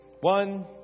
One